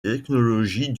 technologies